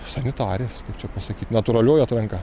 sanitarės kaip čia pasakyt natūralioji atranka